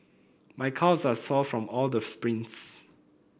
my calves are sore from all the sprints